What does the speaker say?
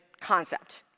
concept